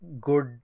good